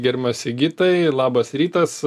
gerbiamas sigitai labas rytas